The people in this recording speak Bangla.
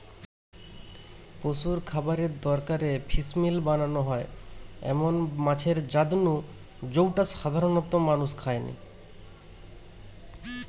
পশুর খাবারের দরকারে ফিসমিল বানানা হয় এমন মাছের জাত নু জউটা সাধারণত মানুষ খায়নি